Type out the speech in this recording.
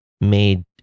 made